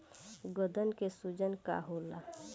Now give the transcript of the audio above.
गदन के सूजन का होला?